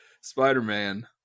Spider-Man